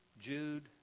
Jude